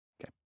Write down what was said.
Okay